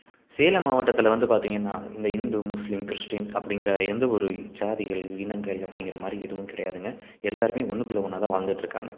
சேலம் மாவட்டத்தில் வந்து பார்த்திங்கன்னா இந்த இந்து முஸ்லீம் கிறிஸ்டியன் அப்படிங்குற எந்த ஒரு ஜாதிகள் இனங்கள் அப்டிங்கிற மாதிரி எதுவும் கிடையாதுங்க எல்லாருமே ஒன்னுக்குள்ளே ஒன்னாகதான் வாழ்ந்துகிட்ருக்காங்க